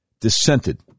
dissented